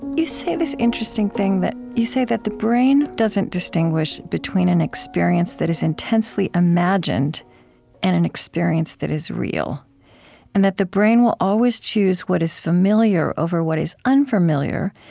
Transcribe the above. you say this interesting thing. you say that the brain doesn't distinguish between an experience that is intensely imagined and an experience that is real and that the brain will always choose what is familiar over what is unfamiliar,